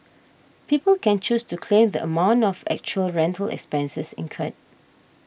people can choose to claim the amount of actual rental expenses incurred